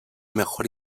mejor